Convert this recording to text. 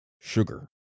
Sugar